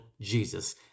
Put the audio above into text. Jesus